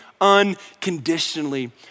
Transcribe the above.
unconditionally